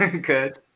Good